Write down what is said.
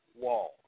wall